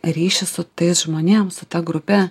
ryšį su tais žmonėm su ta grupe